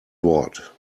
wort